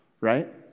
right